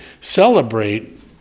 celebrate